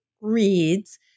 reads